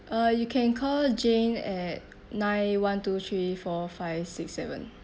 uh you can call jane at nine one two three four five six seven